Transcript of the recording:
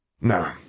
No